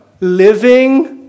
living